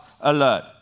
alert